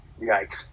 Yikes